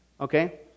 Okay